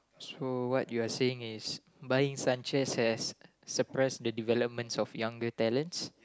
so what you're saying is buying Sanchez has suppressed the developments of younger talents